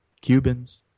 Cubans